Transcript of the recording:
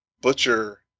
butcher